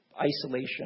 isolation